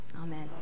Amen